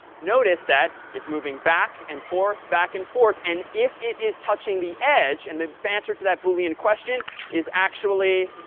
notice that it's moving back and forth, back and forth. and if it is touching the edge and the answer to that boolean question is, actually,